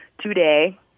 today